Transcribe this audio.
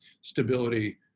stability